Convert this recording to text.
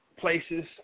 Places